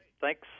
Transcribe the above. Thanks